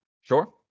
Sure